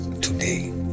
today